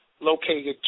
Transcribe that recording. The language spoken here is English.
located